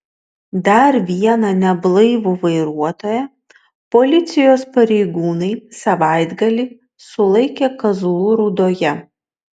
dar vieną neblaivų vairuotoją policijos pareigūnai savaitgalį sulaikė kazlų rūdoje